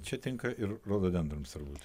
čia tinka ir rododendrams turbūt